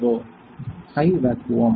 Refer Time 1221 high vacuum